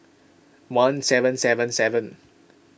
one seven seven seven